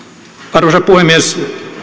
arvoisa puhemies